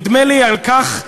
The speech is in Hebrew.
נדמה לי שעל כך,